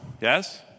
Yes